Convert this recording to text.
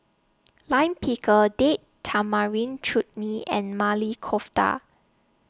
Lime Pickle Date Tamarind Chutney and Maili Kofta